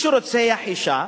מי שרוצח אשה,